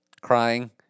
Crying